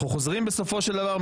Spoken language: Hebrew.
אנחנו חוזרים בסופו של דבר,